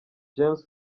james